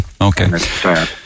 okay